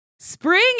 Spring